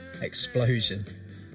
explosion